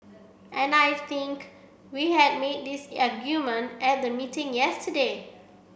and I think we had made this argument at the meeting yesterday